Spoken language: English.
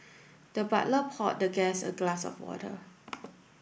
the butler poured the guest a glass of water